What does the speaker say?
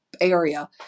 area